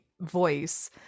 voice